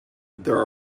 there